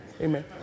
Amen